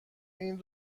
این